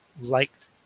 liked